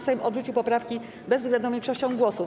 Sejm odrzucił poprawki bezwzględną większością głosów.